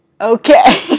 okay